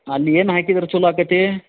ಹಾಂ ಅಲ್ಲಿ ಏನು ಹಾಕಿದ್ರೆ ಚಲೋ ಆಕತಿ